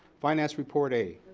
finance report a.